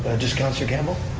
ah just councilor campbell?